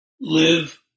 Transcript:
live